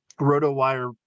Roto-Wire